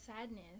Sadness